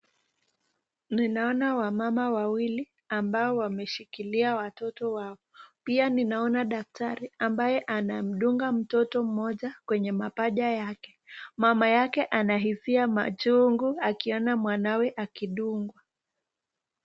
Ninaona wamama wawili ambao wameshikilia watoto wao, pia ninaona daktari ambaye anamdunga mtoto mmoja kwenye mapaja yake, mama yake anahisia majungu akiona mwanawe akidungwa.